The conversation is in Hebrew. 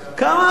כמה הם?